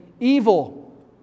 evil